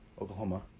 Oklahoma